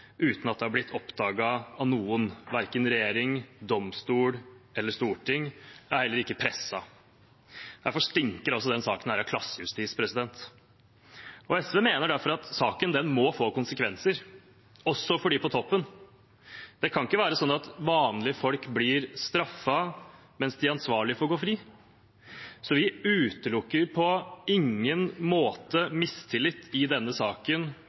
uten at det har blitt oppdaget av noen, verken av regjering, domstol eller storting – heller ikke av pressen. Derfor stinker denne saken av klassejustis. SV mener derfor at saken må få konsekvenser, også for dem på toppen. Det kan ikke være sånn at vanlige folk blir straffet mens de ansvarlige får gå fri. Vi utelukker på ingen måte mistillit mot statsråd Anniken Hauglie i denne saken.